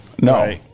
No